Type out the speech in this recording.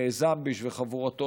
זמביש וחבורתו,